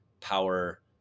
power